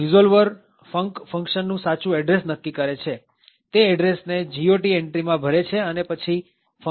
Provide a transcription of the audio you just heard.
resolver func function નું સાચું address નક્કી કરે છે તે એડ્રેસને GOT એન્ટ્રીમાં ભરે છે અને પછી ફંક્શન ને ઇન્વોક કરે છે